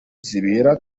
zibera